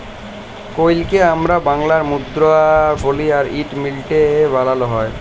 কইলকে আমরা বাংলাতে মুদরা বলি আর ইট মিলটে এ বালালো হয়